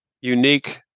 unique